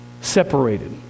Separated